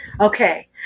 Okay